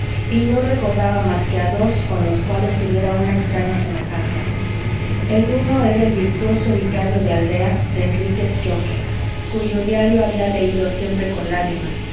y no recordaba más que a dos con los cuales tuviera una extraña semejanza el uno era el virtuoso vicario de aldea de enrique zschokke cuyo diario había leído siempre con lágrimas